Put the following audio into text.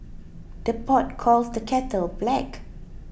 the pot calls the kettle black